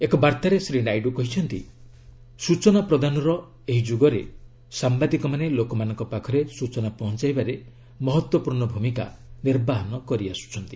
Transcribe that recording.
ଏକ ବାର୍ତ୍ତାରେ ଶ୍ରୀ ନାଇଡ୍ର କହିଛନ୍ତି ସ୍ଚନା ପ୍ରଦାନର ଏହି ଯୁଗରେ ସାମ୍ବାଦିକମାନେ ଲୋକମାନଙ୍କ ପାଖରେ ସ୍ବଚନା ପହଞ୍ଚାଇବାରେ ମହତ୍ୱପୂର୍ଣ୍ଣ ଭୂମିକା ନିର୍ବାହନ କରିଆସ୍କୁଛନ୍ତି